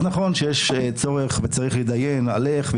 אז נכון שצריך להתדיין על איך,